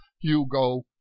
Hugo